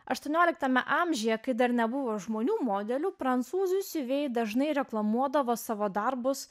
aštuonioliktame amžiuje kai dar nebuvo žmonių modelių prancūzų siuvėjai dažnai reklamuodavo savo darbus